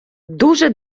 дуже